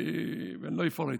ואני לא אפרט.